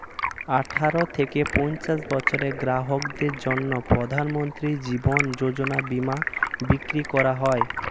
আঠারো থেকে পঞ্চাশ বছরের গ্রাহকদের জন্য প্রধানমন্ত্রী জীবন যোজনা বীমা বিক্রি করা হয়